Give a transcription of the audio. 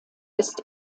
ist